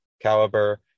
Caliber